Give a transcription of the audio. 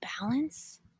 balance